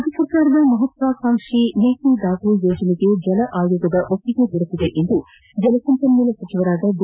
ರಾಜ್ನ ಸರ್ಕಾರದ ಮಹತ್ನಾಕಾಂಕ್ಷಿ ಮೇಕೆದಾಟು ಯೋಜನೆಗೆ ಜಲ ಆಯೋಗದ ಒಪ್ಪಿಗೆ ಸಿಕ್ಕಿದೆ ಎಂದು ಜಲ ಸಂಪನ್ನೂಲ ಸಚಿವ ಡಿ